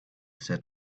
said